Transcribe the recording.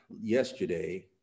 yesterday